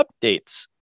updates